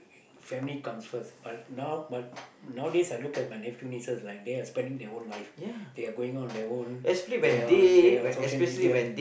family comes first but now but nowadays I look at my nephew nieces like they are spending their own life they are going on their own they on they on social media